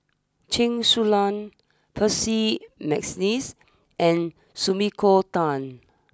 Chen Su Lan Percy McNeice and Sumiko Tan